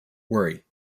worry